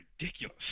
ridiculous